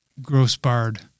Grossbard